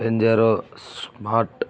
endeavour smart